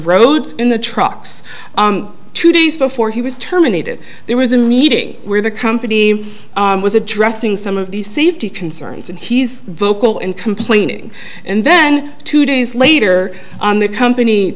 roads in the trucks two days before he was terminated there was a meeting where the company was addressing some of these safety concerns and he's vocal in complaining and then two days later on the company